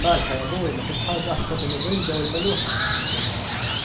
المالحة يا بوي مفيش حاجة أحسن من الرنجة والملوحة